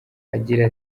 agira